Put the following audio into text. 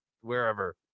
wherever